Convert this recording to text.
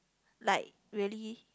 like really